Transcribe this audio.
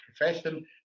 profession